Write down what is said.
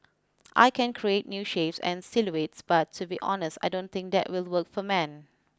I can create new shapes and silhouettes but to be honest I don't think that will work for men